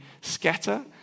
scatter